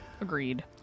Agreed